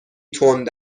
تند